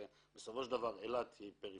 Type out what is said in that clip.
הרי בסופו של דבר אילת היא פריפריה,